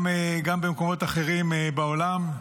גם במקומות אחרים בעולם.